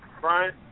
Brian